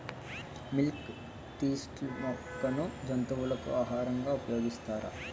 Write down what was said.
Milk thistle మొక్కను జంతువులకు ఆహారంగా ఉపయోగిస్తారా?